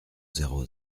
zéro